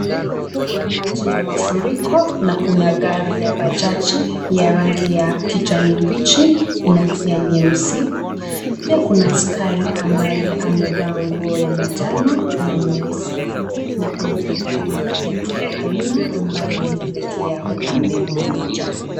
Kuna maji ya mafuriko na kuna gari ya bajaji ya rangi ya kijani mbichi na pia nyeusi. Pia kuna askari ambaye amevaa nguo ya manjano na nyeusi na kuna magari ya kila aina ambayo yanaelekea upande mmoja.